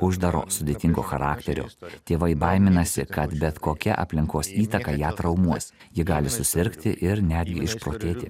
uždaro sudėtingo charakterio tėvai baiminasi kad bet kokia aplinkos įtaka ją traumuos ji gali susirgti ir netgi išprotėti